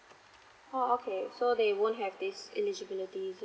oh okay so they won't have this eligibility